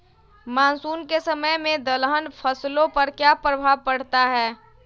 Monsoon के समय में दलहन फसलो पर क्या प्रभाव पड़ता हैँ?